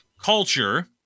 culture